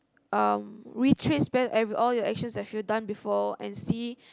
um retrace back and all the actions that you have done before and see